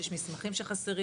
יש מסמכים שחסרים.